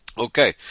Okay